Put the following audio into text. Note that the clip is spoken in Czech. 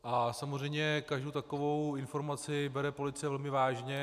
A samozřejmě každou takovou informaci bere police velmi vážně.